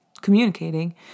communicating